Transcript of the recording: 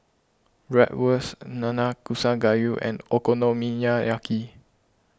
Bratwurst Nanakusa Gayu and Okonomiyaki